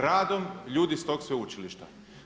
Radom ljudi s tog sveučilišta.